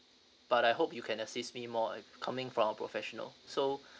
but I hope you can assist me more uh coming from a professional so